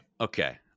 Okay